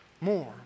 more